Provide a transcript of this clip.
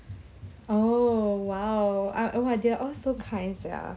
oh !wow! ah oh my they are all so kind sia